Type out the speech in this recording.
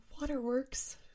waterworks